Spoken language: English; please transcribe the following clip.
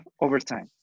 overtime